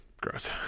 Gross